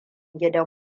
gidan